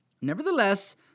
Nevertheless